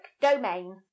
domain